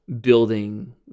building